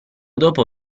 dopo